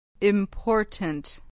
Important